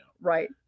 Right